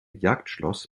jagdschloss